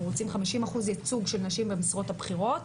רוצים 50% ייצוג של נשים במשרות הבכירות,